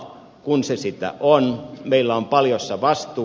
kun se sitä on meillä on paljossa vastuu